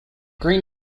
green